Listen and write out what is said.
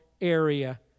area